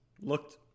Looked